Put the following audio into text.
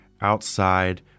outside